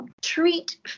treat